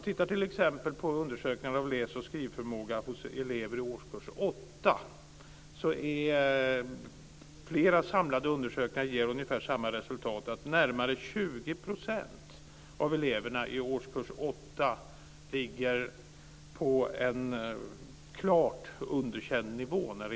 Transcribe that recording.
Flera samlade undersökningar om förmågan till läsförståelse och förmågan att uttrycka sig hos elever i årskurs 8 ger ungefär samma resultat, att närmare 20 % av eleverna i årskurs 8 ligger på en klart underkänd nivå.